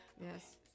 Yes